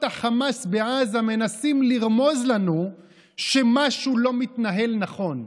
החמאס בעזה מנסים לרמוז לנו שמשהו לא מתנהל נכון.